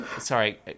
sorry